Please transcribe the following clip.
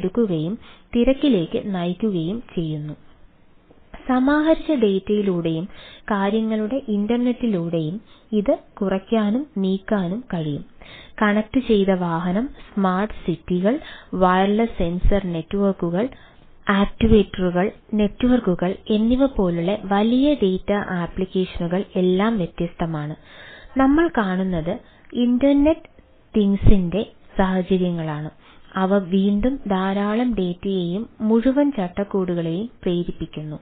എടുക്കുകയും തിരക്കിലേക്ക് നയിക്കുകയും ചെയ്യുന്നു സമാഹരിച്ച ഡാറ്റയെയും മുഴുവൻ ചട്ടക്കൂടുകളെയും പ്രേരിപ്പിക്കുന്നു